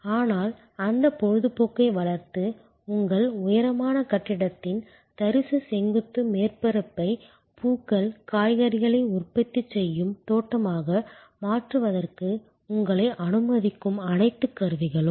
ஆனால் அந்த பொழுதுபோக்கை வளர்த்து உங்கள் உயரமான கட்டிடத்தின் தரிசு செங்குத்து மேற்பரப்பை பூக்கள் காய்கறிகளை உற்பத்தி செய்யும் தோட்டமாக மாற்றுவதற்கு உங்களை அனுமதிக்கும் அனைத்து கருவிகளும்